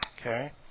Okay